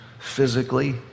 physically